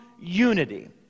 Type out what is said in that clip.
unity